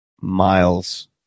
miles